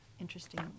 interesting